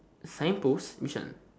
sign post which one